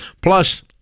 Plus